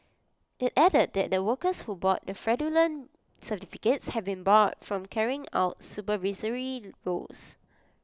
IT added that the workers who bought the fraudulent certificates have been barred from carrying out supervisory roles